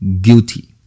guilty